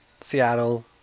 Seattle